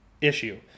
issue